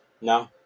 No